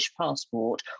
passport